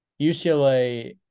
UCLA